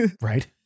Right